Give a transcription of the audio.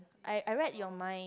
I I read your mind